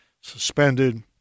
suspended